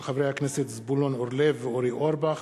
של חברי הכנסת זבולון אורלב ואורי אורבך,